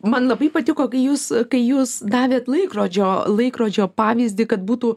man labai patiko kai jūs kai jūs davėt laikrodžio laikrodžio pavyzdį kad būtų